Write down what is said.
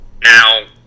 Now